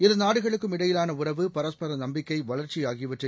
இருநாடுகளுக்கும் இடையிலான உறவு பரஸ்பரம் நம்பிக்கை வளர்ச்சி ஆகியவற்றை